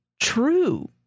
true